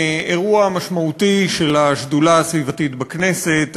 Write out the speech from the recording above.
אירוע משמעותי של השדולה הסביבתית בכנסת,